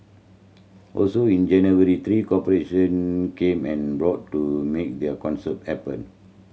also in January three corporation came and broad to make their concert happen